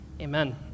Amen